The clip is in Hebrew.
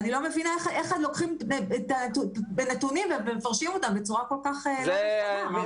אני לא מבינה איך לוקחים נתונים ומפרשים אותם בצורה כל כך לא נכונה.